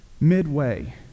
Midway